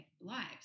lives